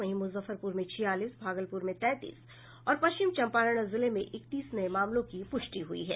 वहीं मुजफ्फरपुर में छियालीस भागलपुर में तैंतीस और पश्चिम चंपारण जिले में इकतीस नये मामलों की प्रष्टि हुई है